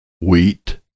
Wheat